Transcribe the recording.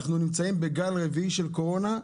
אנחנו נמצאים בגל רביעי של קורונה,